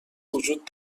وجود